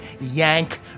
yank